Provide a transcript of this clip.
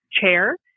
chair